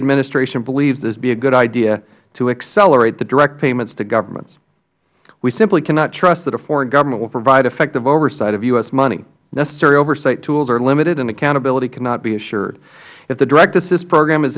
administration believes it to be a good idea to accelerate the direct payments to governments we simply cannot trust that a foreign government will provide effective oversight of u s money necessary oversight tools are limited and accountability cannot be assured if the direct assist program is